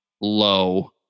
low